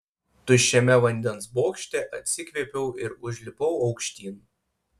tuščiame vandens bokšte atsikvėpiau ir užlipau aukštyn